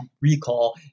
recall